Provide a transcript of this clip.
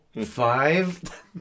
five